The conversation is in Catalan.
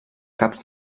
cap